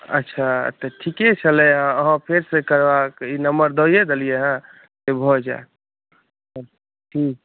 अच्छा ठीके छलै अहाँ फेर सॅं ई नम्बर दइयै देलियै हन भऽ जायत हॅं